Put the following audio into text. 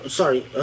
sorry